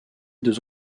deux